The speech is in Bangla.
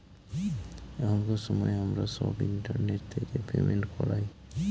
এখনকার সময় আমরা সব ইন্টারনেট থেকে পেমেন্ট করায়